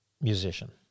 musician